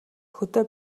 хөдөө